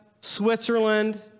Switzerland